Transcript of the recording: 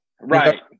Right